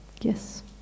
Yes